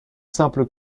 simple